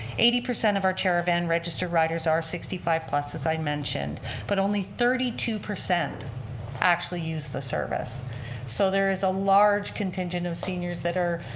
eighty percent of our chair-a-van registered riders are sixty five plus as i mentioned but only thirty two percent actually use the service so there is a large contingent of seniors that are,